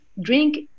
drink